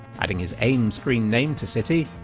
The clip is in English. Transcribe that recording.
adding his aim screen-name to city,